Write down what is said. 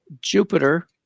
Jupiter